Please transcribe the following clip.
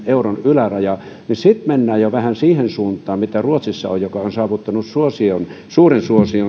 euron ylärajalla mennään jo vähän siihen suuntaan mitä ruotsissa on tämä investe ringssparkonto joka on saavuttanut suuren suosion